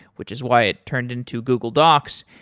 which is why it turned into google docs.